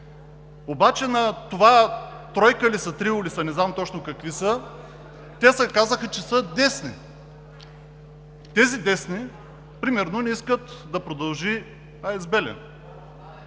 Обаче тези тройка ли са, трио ли са, не знам точно какви са, те казаха, че са десни. Тези десни, примерно, не искат да продължи АЕЦ